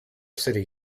city